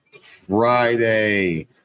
Friday